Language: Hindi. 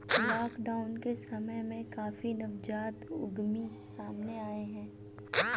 लॉकडाउन के समय में काफी नवजात उद्यमी सामने आए हैं